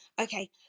okay